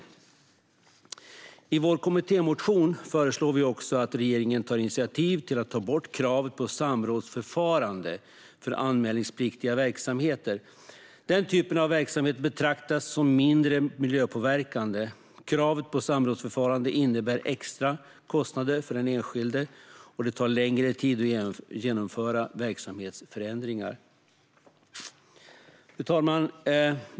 I vår kommittémotion föreslår vi också att regeringen tar initiativ till att ta bort kravet på samrådsförfarande för anmälningspliktiga verksamheter. Den typen av verksamhet betraktas som mindre miljöpåverkande. Kravet på samrådsförfarande innebär extra kostnader för den enskilde, och det tar längre tid att genomföra verksamhetsförändringar. Fru talman!